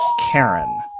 Karen